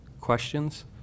questions